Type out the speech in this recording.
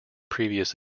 previous